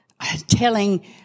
telling